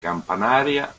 campanaria